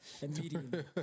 Immediately